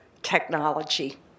technology